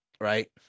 right